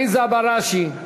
עליזה בראשי,